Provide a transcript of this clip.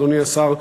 אדוני השר,